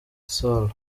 sall